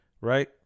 right